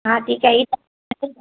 हा ठीकु आहे हे त